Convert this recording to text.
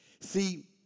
See